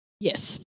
Yes